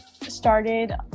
started